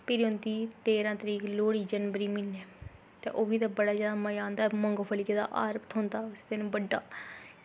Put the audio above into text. प्ही औंदी तेरहां तरीक लोह्ड़ी जनवरी म्हीनै ते ओह्बी बड़ा जादा मज़ा आंदा मुंगफलियै दा हार थ्होंदा ते उस दिन बड्डा